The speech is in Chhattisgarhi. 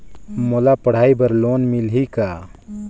मोला पढ़ाई बर लोन मिलही का?